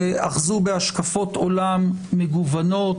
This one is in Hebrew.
שאחזו בהשקפות עולם מגוונות,